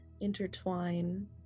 intertwine